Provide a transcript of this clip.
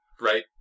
Right